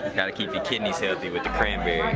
gotta keep the kidney's healthy with the cranberry.